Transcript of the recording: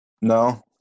No